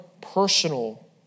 personal